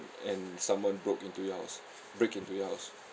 and someone broke into your house break into your house